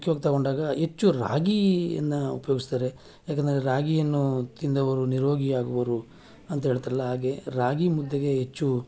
ಮುಖ್ಯವಾಗ್ ತಗೊಂಡಾಗ ಹೆಚ್ಚು ರಾಗಿಯನ್ನು ಉಪಯೋಗಿಸ್ತಾರೆ ಯಾಕಂದರೆ ರಾಗಿಯನ್ನು ತಿಂದವರು ನಿರೋಗಿ ಆಗುವರು ಅಂತ ಹೇಳ್ತಾರಲ್ಲ ಹಾಗೆ ರಾಗಿ ಮುದ್ದೆಗೆ ಹೆಚ್ಚು